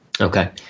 Okay